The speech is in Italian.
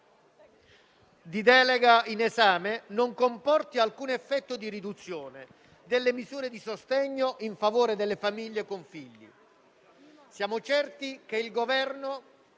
di delega in esame, non comporti alcun effetto di riduzione delle misure di sostegno in favore delle famiglie con figli. Siamo certi che il Governo